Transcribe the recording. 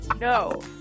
no